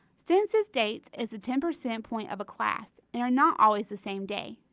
census dates is the ten percent point of a class, and are not always the same day!